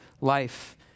life